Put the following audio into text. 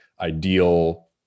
ideal